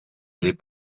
les